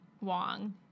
Wong